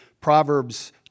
Proverbs